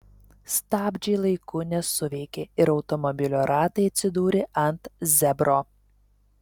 stabdžiai laiku nesuveikė ir automobilio ratai atsidūrė ant zebro